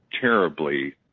terribly